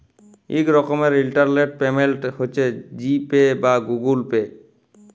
ইক রকমের internet payment হছে জি পে বা গুগল পে